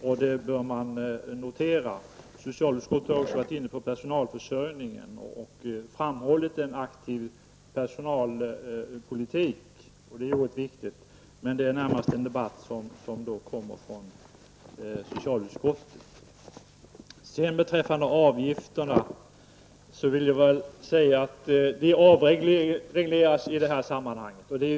Det bör man notera. Socialutskottet har också varit inne på personalförsörjningen och framhållit att det är viktigt med en aktiv personalpolitik, men det är närmast en debatt som kommer från socialutskottet. Beträffande avgifterna vill jag säga att de avregleras i detta sammanhang.